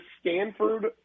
Stanford